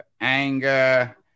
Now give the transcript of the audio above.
anger